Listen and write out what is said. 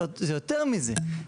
זה יותר מזה,